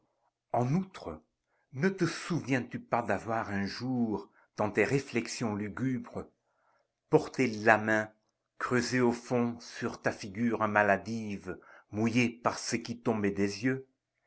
en outre ne te souviens-tu pas d'avoir un jour dans tes réflexions lugubres porté la main creusée au fond sur ta ligure maladive mouillée par ce qui tombait des yeux